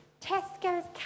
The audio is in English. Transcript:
Tesco's